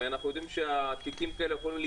הרי אנחנו יודעים שתיקים כאלה יכולים להיות